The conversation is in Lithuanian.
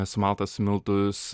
sumaltas į miltus